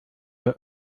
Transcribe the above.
die